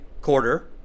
quarter